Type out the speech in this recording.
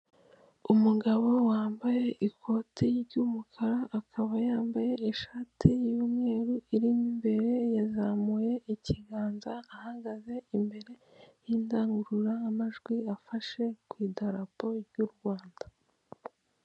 Umugabo wambaye ikoti ry'umukara, akaba yambaye ishati y'umweru iri mo imbere, yazamuye ikiganza, ahagaze imbere y'indangururamajwi, afashe ku idarapo ry'u Rwanda.